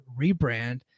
rebrand